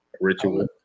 ritual